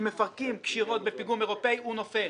אם מפרקים קשירות בפיגום אירופי הוא נופל,